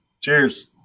Cheers